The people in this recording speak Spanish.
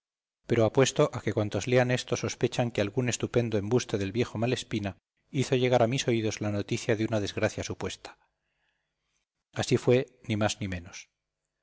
pero apuesto a que cuantos lean esto sospechan que algún estupendo embuste del viejo malespina hizo llegar a mis oídos la noticia de una desgracia supuesta así fue ni más ni menos